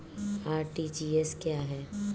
RTGS क्या है?